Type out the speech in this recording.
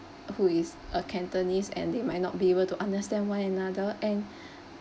who is a cantonese and they might not be able to understand one another and